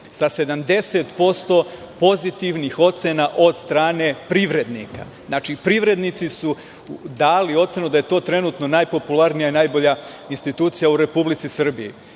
sa 70% pozitivnih ocena od strane privrednika. Znači, privrednici su dali ocenu da je to trenutno najpopularnija i najbolja institucija u Republici Srbiji.